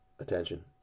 attention